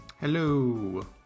Hello